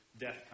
death